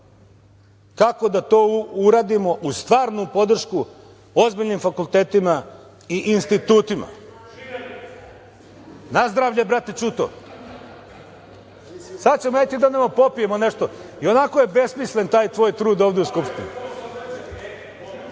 kako da to uradimo uz stvarnu podršku ozbiljnim fakultetima i institutima. Nazdravlje, brate Ćuto. Sad ćemo ja i ti da popijemo nešto, ionako je besmislen taj tvoj trud ovde u Skupštini.